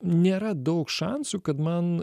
nėra daug šansų kad man